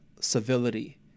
civility